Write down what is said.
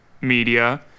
media